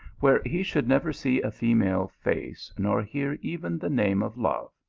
where he should never see a female face nor hear even the name of love.